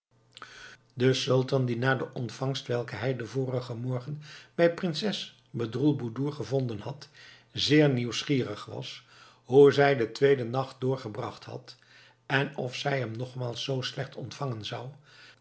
de sultan die na de ontvangst welke hij den vorigen morgen bij prinses bedroelboedoer gevonden had zeer nieuwsgierig was hoe zij den tweeden nacht doorgebracht had en of zij hem nogmaals zoo slecht ontvangen zou